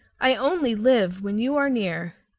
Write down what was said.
i only live when you are near.